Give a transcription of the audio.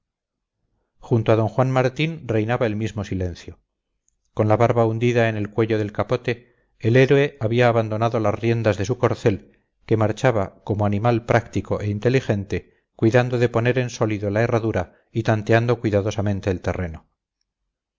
junto a d juan martín reinaba el mismo silencio con la barba hundida en el cuello del capote el héroe había abandonado las riendas de su corcel que marchaba como animal práctico e inteligente cuidando de poner en sólido la herradura y tanteando cuidadosamente el terreno